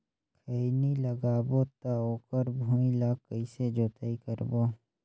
खैनी लगाबो ता ओकर भुईं ला कइसे जोताई करबो?